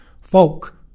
folk